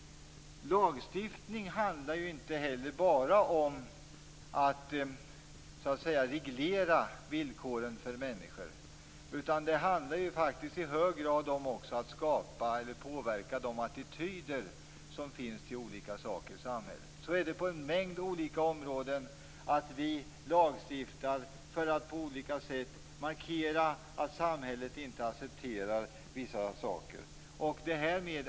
Lagstiftning handlar inte bara om att reglera villkoren för människor. Det handlar också om att påverka de attityder som finns till olika saker i samhället. Vi lagstiftar på en mängd olika områden för att markera att samhället inte accepterar vissa företeelser.